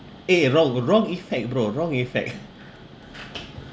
eh a wrong a wrong effect bro wrong effect